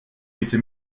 bitte